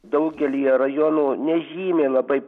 daugelyje rajonų nežymiai labai